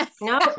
No